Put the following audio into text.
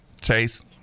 Chase